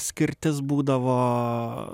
skirtis būdavo